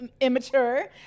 immature